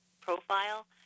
profile